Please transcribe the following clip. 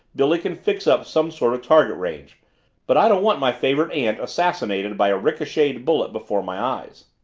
billy can fix up some sort of target range but i don't want my favorite aunt assassinated by a ricocheted bullet before my eyes!